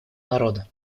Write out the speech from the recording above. народа